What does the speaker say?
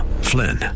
Flynn